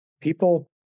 People